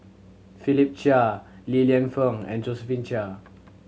Philip Chia Li Lienfung and Josephine Chia